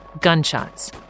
gunshots